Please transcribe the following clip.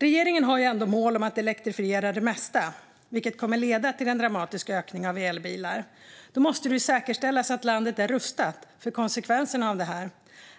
Regeringen har ju mål om att elektrifiera det mesta, vilket kommer att leda till en dramatisk ökning av antalet elbilar. Då måste det säkerställas att landet är rustat för konsekvenserna av detta.